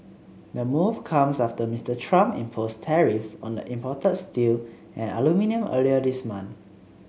the move comes after Mister Trump imposed tariffs on the imported steel and aluminium earlier this month